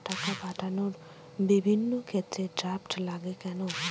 টাকা পাঠানোর বিভিন্ন ক্ষেত্রে ড্রাফট লাগে কেন?